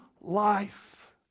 life